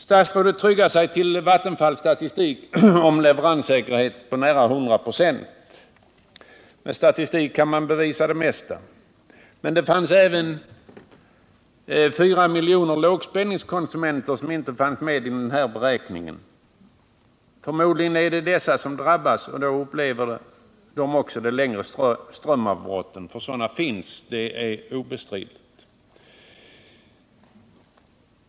Statsrådet tryggar sig till Vattenfalls statistik om en leveranssäkerhet på nära 100 96. Med statistik kan man bevisa det mesta. Men det finns även 4 miljoner lågspänningskonsumenter, som dock inte var upptagna i den här beräkningen. Förmodligen är det dessa som drabbas vid ett elstopp, och då upplever de också de längre strömavbrotten — för sådana finns; det är obestridligt.